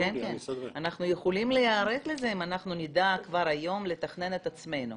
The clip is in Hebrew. אנחנו יכולים להיערך לזה אם אנחנו נדע כבר היום לתכנן את עצמנו.